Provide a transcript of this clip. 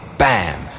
bam